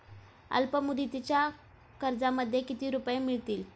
अल्पमुदतीच्या कर्जामध्ये किती रुपये मिळतील?